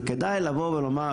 וכדאי לבוא ולומר,